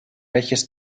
welches